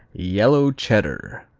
yellow cheddar.